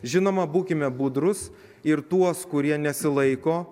žinoma būkime budrūs ir tuos kurie nesilaiko